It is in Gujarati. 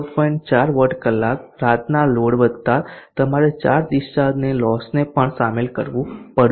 4 વોટ કલાક રાતના લોડ વતા તમારે ચાર્જ ડિસ્ચાર્જ લોસને પણ શામેલ કરવું પડશે